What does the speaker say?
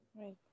right